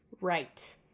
Right